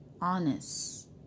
honest